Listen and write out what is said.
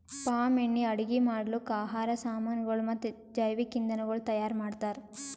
palm ಎಣ್ಣಿ ಅಡುಗಿ ಮಾಡ್ಲುಕ್, ಆಹಾರ್ ಸಾಮನಗೊಳ್ ಮತ್ತ ಜವಿಕ್ ಇಂಧನಗೊಳ್ ತೈಯಾರ್ ಮಾಡ್ತಾರ್